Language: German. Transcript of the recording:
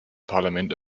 parlament